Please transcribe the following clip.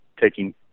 taking